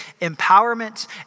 empowerment